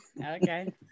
Okay